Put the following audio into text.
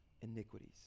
iniquities